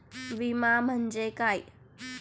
विमा म्हणजे काय?